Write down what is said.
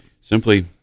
Simply